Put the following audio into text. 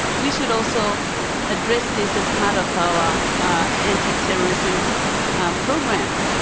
we should also address this as part of our ah anti-terrorism um program.